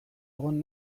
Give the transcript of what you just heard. egon